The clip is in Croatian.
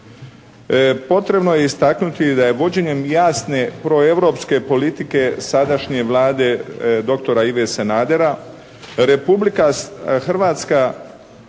Potrebno je istaknuti da je vođenjem jasne proeuropske politike sadašnje Vlade doktora Ive Sanadera Republika Hrvatska